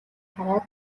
хараад